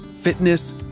fitness